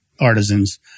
artisans